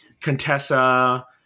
Contessa